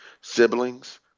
siblings